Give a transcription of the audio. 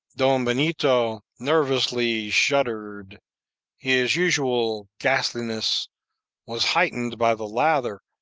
don benito nervously shuddered his usual ghastliness was heightened by the lather,